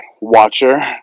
watcher